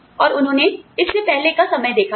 और उन्होंने इससे पहले का समय देखा है